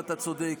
ואתה צודק,